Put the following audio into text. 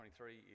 23